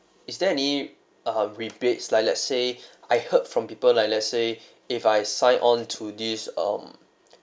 is there any uh rebates like let's say I heard from people like let's say if I sign on to this um